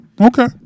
Okay